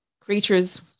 creatures